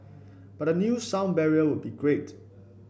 but a new sound barrier would be great